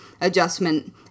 adjustment